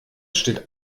steht